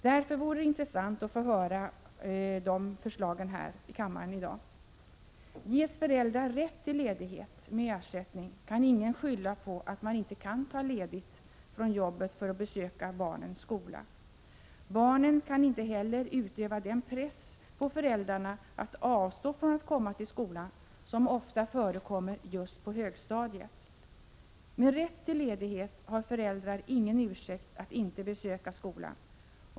Därför vore det intressant att få höra de förslagen här i kammaren i dag. Ges föräldrar rätt till ledighet med ersättning kan ingen skylla på att man inte kan ta ledigt från jobbet för att besöka barnens skola. Barnen kan inte heller utöva den press på föräldrarna att avstå från att komma till skolan som ofta förekommer just på högstadiet. Med rätt till ledighet har föräldrar ingen ursäkt att inte besöka skolan.